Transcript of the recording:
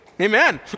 Amen